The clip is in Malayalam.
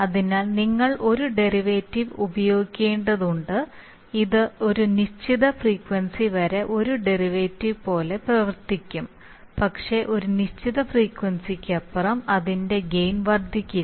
അതിനാൽ നിങ്ങൾ ഒരു ഡെറിവേറ്റീവ് ഉപയോഗിക്കേണ്ടതുണ്ട് അത് ഒരു നിശ്ചിത ഫ്രീക്വൻസി വരെ ഒരു ഡെറിവേറ്റീവ് പോലെ പ്രവർത്തിക്കും പക്ഷേ ഒരു നിശ്ചിത ഫ്രീക്വൻസിക്കപ്പുറം അതിന്റെ ഗെയിൻ വർദ്ധിക്കില്ല